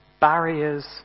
Barriers